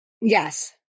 Yes